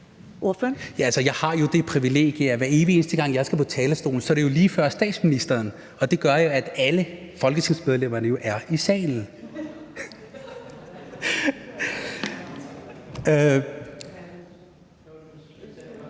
jeg har jo det privilegie, at hver evig eneste gang jeg skal på talerstolen, så er det jo lige før statsministeren. Og det gør jo, at alle folketingsmedlemmerne er i salen. Og så vil jeg bare sige,